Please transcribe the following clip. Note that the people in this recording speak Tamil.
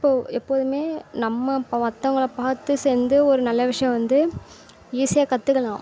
இப்போது எப்போதும் நம்ம மற்றவங்கள பார்த்து செஞ்சு ஒரு நல்ல விஷயம் வந்து ஈஸியாக கற்றுக்கலாம்